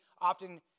often